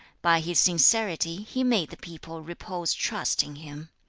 by his sincerity, he made the people repose trust in him.